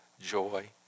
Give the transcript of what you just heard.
joy